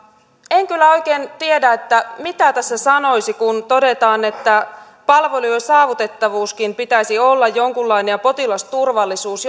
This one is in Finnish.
en kyllä oikein tiedä mitä tässä sanoisi kun todetaan että palveluiden saavutettavuuskin pitäisi olla jonkunlainen ja potilasturvallisuus